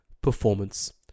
Performance